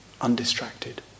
undistracted